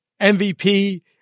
MVP